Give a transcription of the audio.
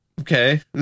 Okay